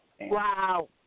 Wow